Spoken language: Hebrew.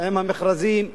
עם המכרזים,